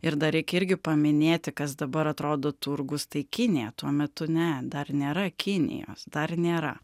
ir dar reikia irgi paminėti kas dabar atrodo turgus tai kinija tuo metu ne dar nėra kinijos dar nėra